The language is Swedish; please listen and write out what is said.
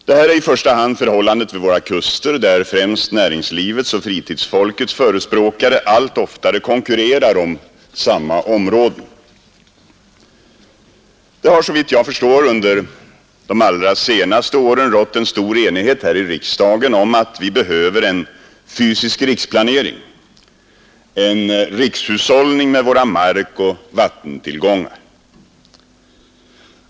Detta är i första hand förhållandet vid våra kuster, där främst näringslivets och fritidsfolkets förespråkare allt oftare konkurrerar om samma områden. Det har, såvitt jag förstår, under de allra senaste åren rått en stor enighet här i riksdagen om att vi behöver en fysisk riksplanering, en rikshushållning med våra markoch vattentillgångar.